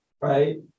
right